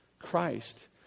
Christ